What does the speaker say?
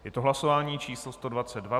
Je to hlasování číslo 122.